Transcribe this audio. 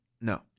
No